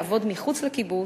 לעבוד מחוץ לקיבוץ,